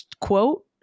quote